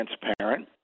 transparent